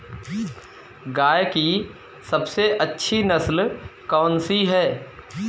गाय की सबसे अच्छी नस्ल कौनसी है?